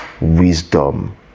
wisdom